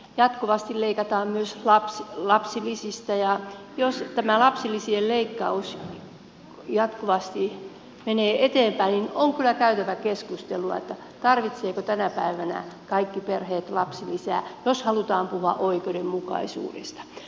jatkuvasti leikataan myös lapsilisistä ja jos tämä lapsilisien leikkaus jatkuvasti menee eteenpäin niin on kyllä käytävä keskustelua siitä tarvitsevatko tänä päivänä kaikki perheet lapsilisää jos halutaan puhua oikeudenmukaisuudesta